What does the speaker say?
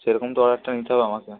সেরকম তো অর্ডারটা নিতে হবে আমাকে